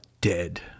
dead